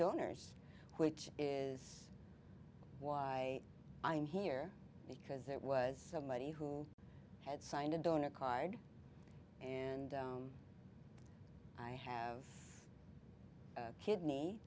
donors which is why i'm here because that was somebody who had signed a donor card and i have a kidney